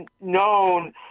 known